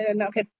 Okay